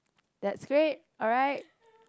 that's great alright